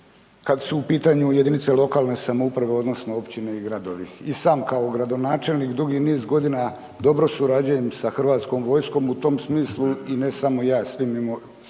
kad su u pitanju jedinice lokalne samouprave odnosno općine i gradove. I sam kao gradonačelnik dugi niz godina dobro surađujem sa Hrvatskom vojskom u tom smislu i ne samo ja svi mi moji